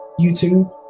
YouTube